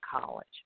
college